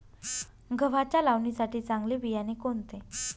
गव्हाच्या लावणीसाठी चांगले बियाणे कोणते?